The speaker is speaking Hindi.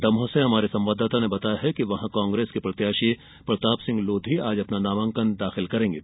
दमोह से हमारे संवाददाता ने बताया है कि कांग्रेस के प्रत्याशी प्रतापसिंह लोधी आज अपना नामांकन दाखिल करेंगे